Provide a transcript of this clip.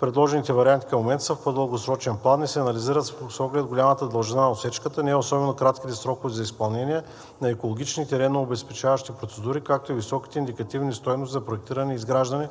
Предложените варианти към момента са в по-дългосрочен план и се анализират с оглед голямата дължина на отсечката, не особено кратките срокове за изпълнение на екологични и тереннообезпечаващи процедури, както и високите индикативни стойности за проектиране и изграждане,